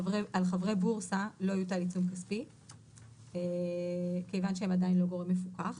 על חברי בורסה לא יוטל עיצום כספי כיוון שהם עדיין לא גורם מפוקח.